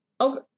okay